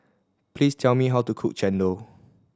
please tell me how to cook chendol